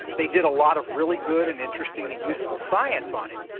they did a lot of really good and interesting and useful science on it,